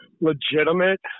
legitimate